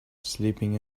sleeping